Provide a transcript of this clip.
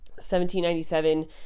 1797